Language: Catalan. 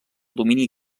domini